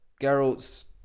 Geralt's